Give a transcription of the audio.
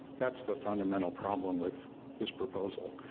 that's the fundamental problem with this proposal.